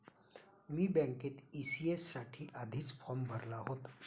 मी बँकेत ई.सी.एस साठी आधीच फॉर्म भरला होता